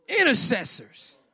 Intercessors